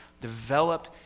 develop